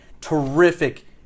terrific